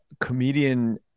comedian